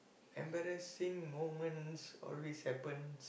embarrassing moments always happens